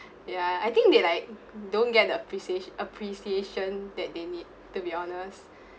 ya I think they like don't get the appreciation appreciation that they need to be honest